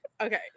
Okay